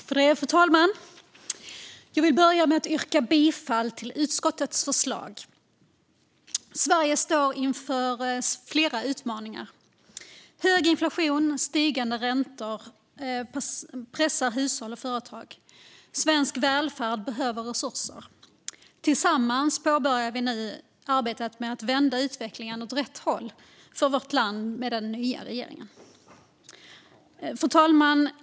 Fru talman! Jag vill börja med att yrka bifall till utskottets förslag. Sverige står inför flera utmaningar. Hög inflation och stigande räntor pressar hushåll och företag, och svensk välfärd behöver resurser. Tillsammans med den nya regeringen påbörjar vi nu arbetet med att vända utvecklingen för vårt land åt rätt håll. Fru talman!